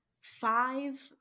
five